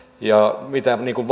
ja niin kuin